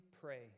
pray